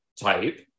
type